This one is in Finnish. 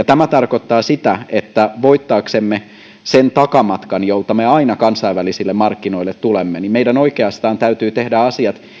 tämä tarkoittaa sitä että voittaaksemme sen takamatkan jolta me aina kansainvälisille markkinoille tulemme meidän oikeastaan täytyy tehdä asiat